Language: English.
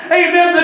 amen